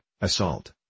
assault